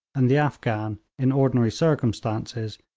and the afghan, in ordinary circumstances,